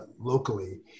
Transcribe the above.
locally